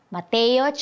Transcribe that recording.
Mateo